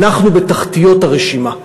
אנחנו בתחתיות הרשימה: